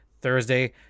Thursday